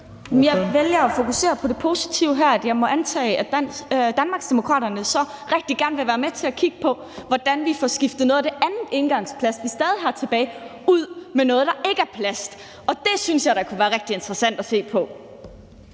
Jeg vælger at fokusere på de positive her, nemlig at jeg må antage, at Danmarksdemokraterne så rigtig gerne vil være med til at kigge på, hvordan vi får skiftet noget af det andet engangsplastik, vi stadig har tilbage, ud med noget, der ikke er plast. Det synes jeg da kunne være rigtig interessant at se på.